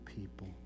people